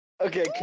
Okay